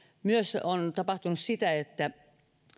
myös on tapahtunut sitä että